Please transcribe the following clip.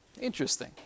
Interesting